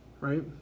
right